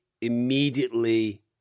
immediately